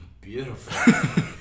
Beautiful